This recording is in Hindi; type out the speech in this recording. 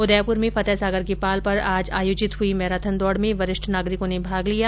उदयपुर में फतेहसागर की पाल पर आज आयोजित हुई मैराथन दौड में वरिष्ठ नागरिकों ने भाग लिया